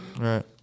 Right